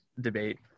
debate